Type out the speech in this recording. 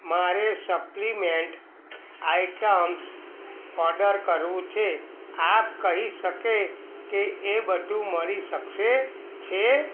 મારે supplement items order કરવું છે આપ કહી શકે કે એ બધું મળી શકશે છે